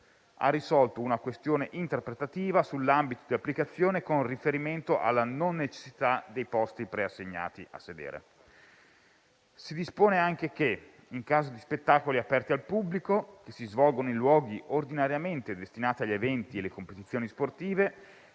ha risolto una questione interpretativa sull'ambito di applicazione con riferimento alla non necessità dei posti preassegnati a sedere. Si dispone anche che, in caso di spettacoli aperti al pubblico che si svolgono in luoghi ordinariamente destinati agli eventi e alle competizioni sportive,